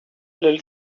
little